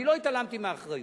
אני לא התעלמתי מהאחריות.